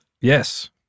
Yes